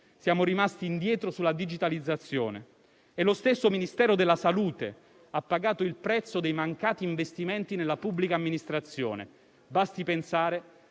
Siamo rimasti indietro sulla digitalizzazione. E lo stesso Ministero della salute ha pagato il prezzo dei mancati investimenti nella pubblica amministrazione. Basti pensare